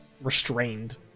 restrained